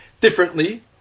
differently